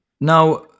Now